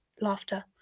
Laughter